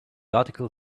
article